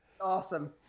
Awesome